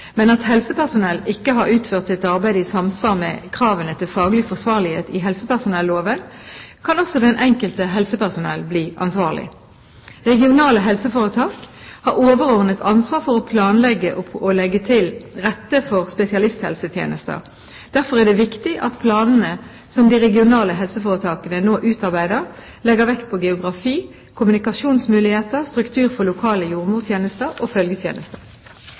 men at helsepersonell ikke har utført sitt arbeid i samsvar med kravene til faglig forsvarlighet i helsepersonelloven, kan også det enkelte helsepersonell bli ansvarlig. Regionale helseforetak har overordnet ansvar for å planlegge og å legge til rette for spesialisthelsetjenester. Derfor er det viktig at planene som de regionale helseforetakene nå utarbeider, legger vekt på geografi, kommunikasjonsmuligheter, struktur for lokale jordmortjenester og